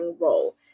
role